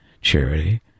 charity